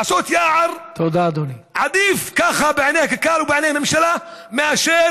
לעשות יער עדיף בעיני הקק"ל ובעיני הממשלה מאשר